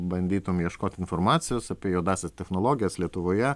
bandytum ieškot informacijos apie juodąsias technologijas lietuvoje